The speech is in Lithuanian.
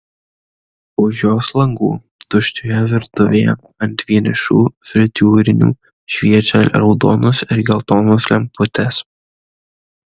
už jos langų tuščioje virtuvėje ant vienišų fritiūrinių šviečia raudonos ir geltonos lemputės